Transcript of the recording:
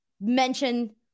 mention